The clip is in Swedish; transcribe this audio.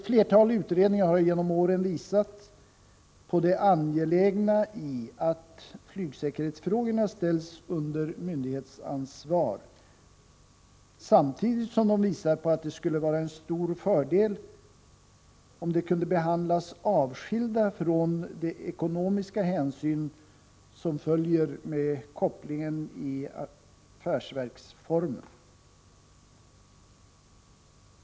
Flera utredningar har genom åren visat det angelägna i att flygsäkerhetsfrågorna ställs under myndighetsansvar, samtidigt som utredningarna visat att det skulle vara en stor fördel om frågorna kunde behandlas avskilda från de ekonomiska hänsyn som följer med kopplingen till affärsverksformen.